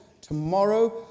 tomorrow